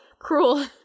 Cruel